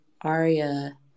aria